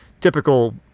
typical